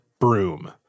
broom